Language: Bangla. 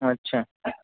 আচ্ছা